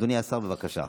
אדוני השר, בבקשה.